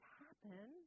happen